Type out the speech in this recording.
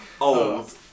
Old